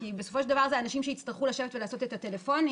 כי בסופו של דבר אנשים שיצטרכו לשבת ולעשות את הטלפונים,